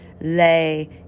lay